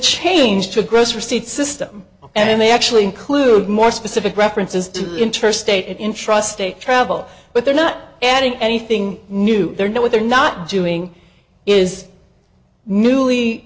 change to grocery state system and they actually include more specific references to the interstate in trust state travel but they're not adding anything new there know what they're not doing is newly